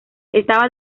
estaba